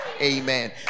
Amen